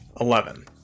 Eleven